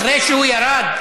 אחרי שהוא ירד?